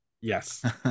yes